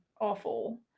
awful